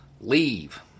leave